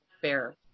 fair